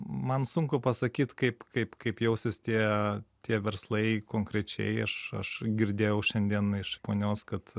man sunku pasakyt kaip kaip kaip jausis tie tie verslai konkrečiai aš aš girdėjau šiandien iš ponios kad